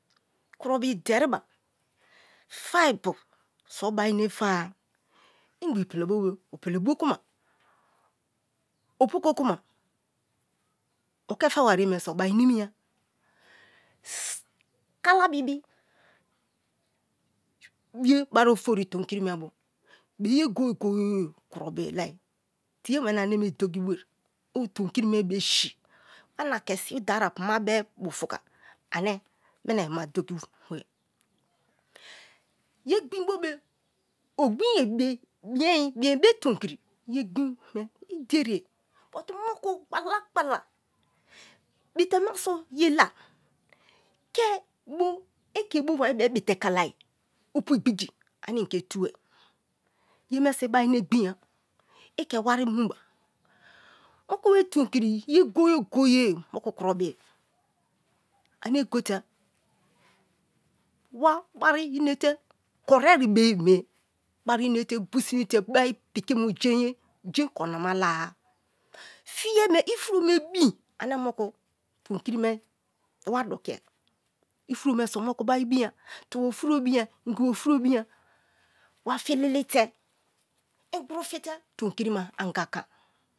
Kuro bi deri ba faibo so̠ baine fa-a igbe pele bo be opele bo kuma opoko kuma oke fe bai ye me so o bai ni mi ya kala bibi ye bari ofori tonkri me bu bege goye goye kuro bi lai tie weni ane me dogi bue? Owu tom kiri me be si̠n wa na ke sibi dara pu ma be bufu ka ane minaima dogi bue. Ye gbín bo be̠ ogbinye be̠ bièn, bièn be tomkri, ye gbin me idiè but moku gbala gbala batè ma so̠ ye lai ke bo̠, ike̠ bo wai be̠ bitè kalai opu igbigi ane inke tuwoi yeme so ibai ne ginya ike wari mu wa moku we tonkiri ye goye goye moku kuro bi aní go te wa bari mete koriari be yeme bari ine te busini te bai piki mu jein ye kori na ma k-a. Fiye me ifuro me bi̠n ane moku tonkiri me wa dokiè ifuro me so moku bai bi̠nya, tubo furo bia ingibo fairo binya wa fililatè inpku tu fife tomkiri me anga konai